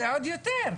זה עוד יותר.